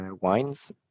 wines